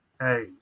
hey